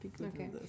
okay